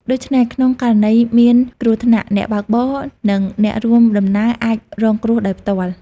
ដូច្នេះក្នុងករណីមានគ្រោះថ្នាក់ អ្នកបើកបរ និងអ្នករួមដំណើរអាចរងរបួសដោយផ្ទាល់។